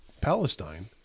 Palestine